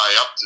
up